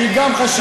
שהיא גם חשובה.